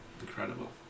Incredible